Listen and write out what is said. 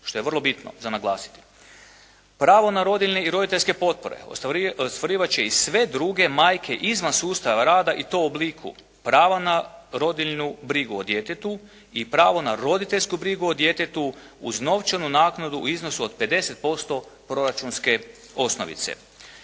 što je vrlo bitno za naglasiti. Pravo na rodiljni i roditeljske potpore ostvarivat će i sve druge majke izvan sustava rada i to u obliku prava na rodiljnu brigu o djetetu i pravo na roditeljsku brigu o djetetu uz novčanu naknadu u iznosu od 50% proračunske osnovice.